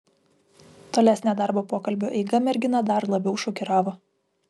tolesnė darbo pokalbio eiga merginą dar labiau šokiravo